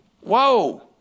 Whoa